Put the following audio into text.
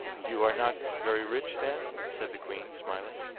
you are not very rich, then? said the queen, smiling.